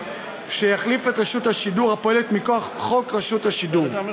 שיחליף את רשות השידור הפועלת מכוח חוק רשות השידור.